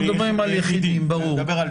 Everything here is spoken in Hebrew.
אנחנו מדברים על יחידים, ברור.